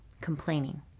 complaining